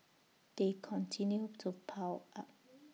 they continue to pile up